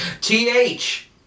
TH